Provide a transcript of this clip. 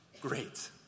Great